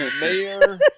Mayor